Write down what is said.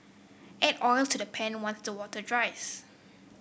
add oil to the pan once the water dries